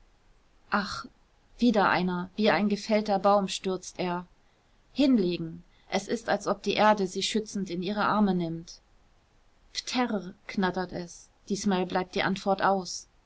ach wieder einer wie ein gefällter baum stürzt er hinlegen es ist als ob die erde sie schützend in ihre arme nimmt plä rr rr knattert es diesmal blieb die antwort aus